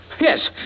Yes